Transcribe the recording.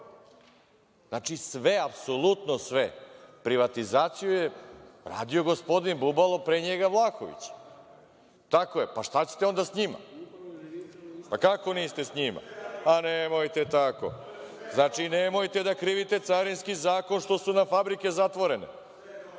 Znači, apsolutno sve. Privatizaciju je radio gospodin Bubalo, a pre njega Vlahović. Tako je, pa šta ćete onda s njima. Kako niste s njima? Nemojte tako, nemojte da krivite Carinski zakon što su fabrike zatvorene,